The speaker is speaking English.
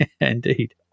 indeed